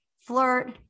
flirt